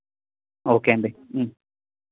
okay అండి